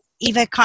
Eva